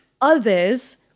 others